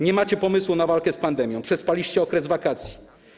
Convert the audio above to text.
Nie macie pomysłu na walkę z pandemią, przespaliście okres wakacji.